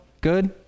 good